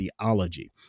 theology